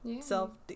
self